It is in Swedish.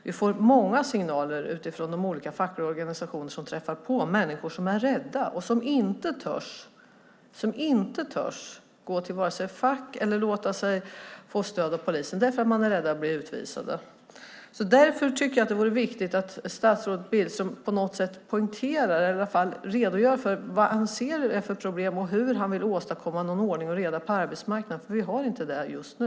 Vi får också många signaler från de olika fackliga organisationer som träffar på människor som är rädda och som inte törs vare sig gå till facket eller låta sig få stöd av polisen därför att de är rädda att bli utvisade. Därför tycker jag att det vore viktigt att statsrådet Billström på något sätt poängterar eller i varje fall redogör för vilka problem som han ser och hur han vill åstadkomma någon ordning och reda på arbetsmarknaden, för det har vi inte just nu.